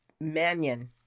Mannion